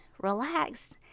relax